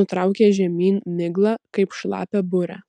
nutraukė žemyn miglą kaip šlapią burę